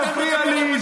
אל תפריע לי.